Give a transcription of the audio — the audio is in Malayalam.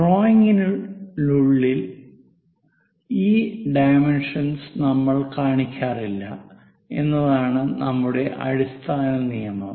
ഡ്രോയിംഗിനുള്ളിൽ ഈ ഡൈമെൻഷൻസ് നമ്മൾ കാണിക്കാറില്ല എന്നതാണ് നമ്മുടെ അടിസ്ഥാന നിയമം